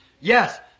Yes